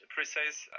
precise